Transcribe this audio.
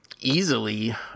easily